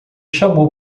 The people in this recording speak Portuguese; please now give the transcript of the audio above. chamou